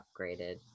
upgraded